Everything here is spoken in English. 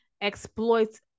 exploits